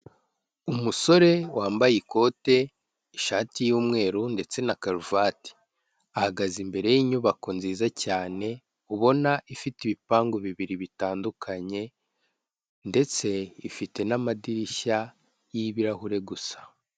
Umusore wambaye ikote, ishati y'umweru ndetse na karuvati, ahagaze imbere y'inyubako nziza cyane, ubona ifite ibipangu bibiri bitandukanye, ndetse ifite n'amadirishya y'ibirahure gusa.